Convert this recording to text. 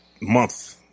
month